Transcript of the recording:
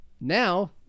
now